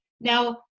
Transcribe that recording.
Now